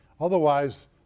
Otherwise